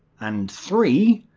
and three.